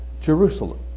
Jerusalem